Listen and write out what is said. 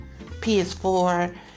PS4